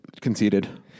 conceded